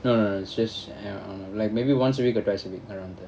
no no it's just i~ like maybe once a week or twice a week I don't know